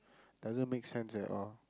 doesn't make sense at all